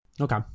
Okay